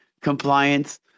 compliance